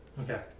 Okay